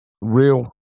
real